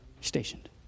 Stationed